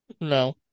No